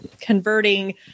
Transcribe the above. converting